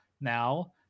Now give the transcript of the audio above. now